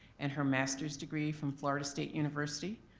and her master's degree from florida state university,